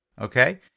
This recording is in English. okay